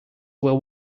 were